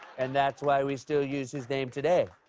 and that's why we still use his name today.